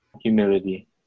humility